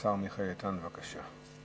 השר מיכאל איתן, בבקשה.